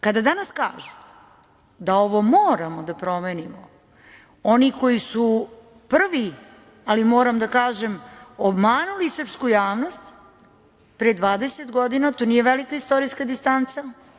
Kada danas kažu da ovo moramo da promenimo, oni koji su prvi, ali moram da kažem, obmanuli srpsku javnost pre 20 godina, to nije velika istorijska distanca.